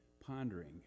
pondering